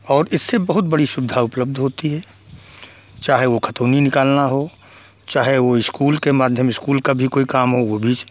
और इससे बहुत बड़ी सुविधा उपलब्ध होती है चाहे वह ख़तौनी निकालना हो चाहे वो स्कूल के माध्यम स्कूल का भी कोई काम है वह भी